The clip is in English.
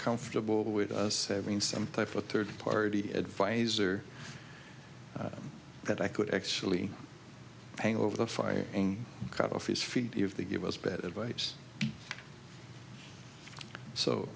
comfortable with us having some type of third party advisor that i could actually hang over the fire and cut off his feet if they give us a bit of ice so